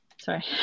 Sorry